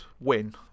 win